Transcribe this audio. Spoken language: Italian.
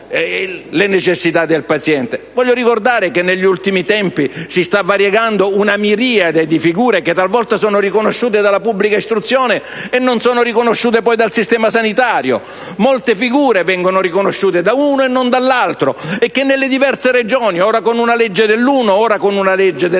Voglio ricordare che negli ultimi tempi si sta variegando una miriade di figure che talvolta sono riconosciute dalla Pubblica istruzione e non dal sistema sanitario; molte figure vengono riconosciute dall'una e non dall'altro. E nelle diverse Regioni, ora con una legge dell'uno e ora con una legge dell'altro,